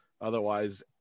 Otherwise